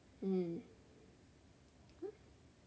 mm